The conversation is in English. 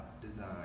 design